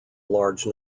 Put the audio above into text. large